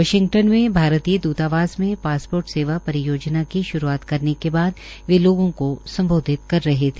Washington द्रतावास में passport सेवा परियोजना की शुरूआत करने के बाद वे लोगों को सम्बोधित कर रहे है